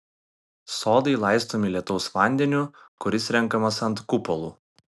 sodai laistomi lietaus vandeniu kuris renkamas ant kupolų